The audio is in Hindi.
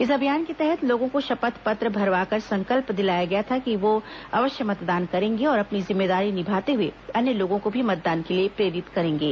इस अभियान के तहत लोगों को शपक्ष पत्र भरवाकर संकल्प दिलाया गया था कि यो अवश्य मतदान करेंगे और अपनी जिम्मेदारी निभाते हुए अन्य लोगों को भी मतदान के लिए प्रेरित करेंगे